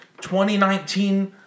2019